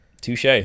Touche